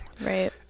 right